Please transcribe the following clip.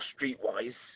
streetwise